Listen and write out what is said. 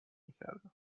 میکردم